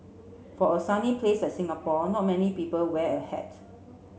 for a sunny place like Singapore not many people wear a hat